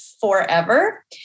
forever